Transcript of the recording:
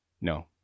No